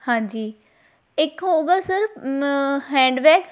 ਹਾਂਜੀ ਇੱਕ ਹੋਵੇਗਾ ਸਰ ਹੈਂਡਬੈਗ